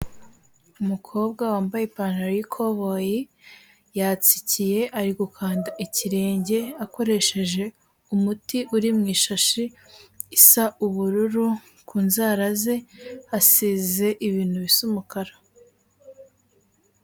Umukobwa wambaye ipantaro y'ikoboyi yatsikiye, ari gukanda ikirenge akoresheje umuti uri mu ishashi isa ubururu, ku nzara asize ibintu bisa umukara.